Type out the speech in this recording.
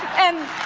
and,